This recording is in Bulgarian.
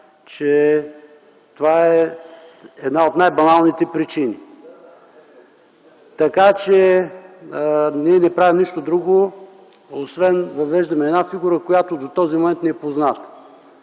че това е една от най-баналните причини. Така че ние не правим нищо друго, а въвеждаме една фигура, която до този момент ни е позната.